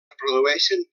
reprodueixen